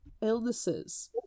illnesses